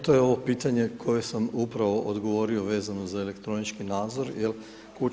To je ovo pitanje koje sam upravo odgovorio vezano za elektronički nadzor, je li.